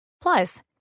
Plus